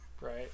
Right